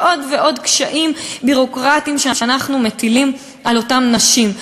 ועוד ועוד קשיים ביורוקרטיים שאנחנו מטילים על אותן נשים.